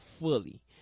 fully